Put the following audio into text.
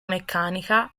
meccanica